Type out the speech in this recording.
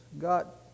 got